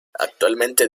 actualmente